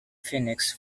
phoenix